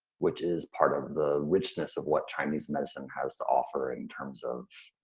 which is part of the richness of what chinese medicine has to offer in terms of